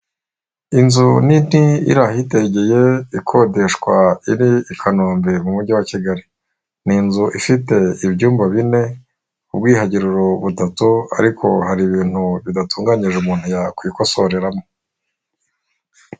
Inzu nini iri ahitegeye ikodeshwa iri i Kanombe mu mujyi wa Kigali, ni inzu ifite ibyumba bine ubwogero butatu, ariko hari ibintu bidatunganye umuntu yakwikosoreramo.